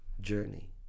journey